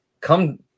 come